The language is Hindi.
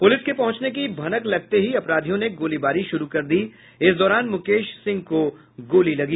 पुलिस के पहुंचने की भनक लगते ही अपराधियों ने गोलीबारी शुरू कर दी इस दौरान मुकेश सिंह को गोली लगी